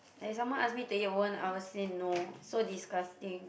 if someone ask me to eat worm I will say no so disgusting